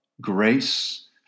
grace